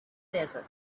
desert